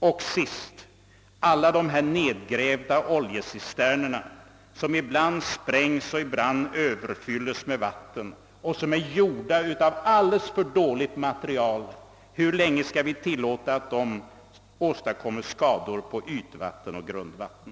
Till sist: Hur länge skall vi tillåta att alla dessa nedgrävda oljecisterner, som ibland spränges och ibland överfylles med vatten och som är gjorda av alldeles för dåligt material, åstadkommer skador på ytvatten och grundvatten?